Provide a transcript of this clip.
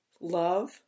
love